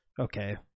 okay